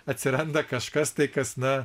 atsiranda kažkas tai kas na